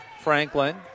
Franklin